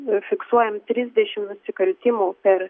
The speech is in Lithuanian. fiksuojam trisdešim nusikaltimų per